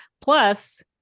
Plus